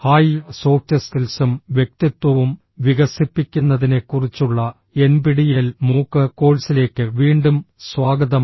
hi soft സ്കിൽസും വ്യക്തിത്വവും വികസിപ്പിക്കുന്നതിനെക്കുറിച്ചുള്ള എൻപിടിഇഎൽ മൂക്കിന്റെ കോഴ്സിലേക്ക് വീണ്ടും സ്വാഗതം